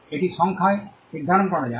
এটি সংখ্যায় নির্ধারণ করা যায়